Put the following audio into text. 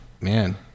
man